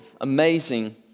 amazing